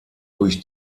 durch